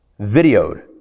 videoed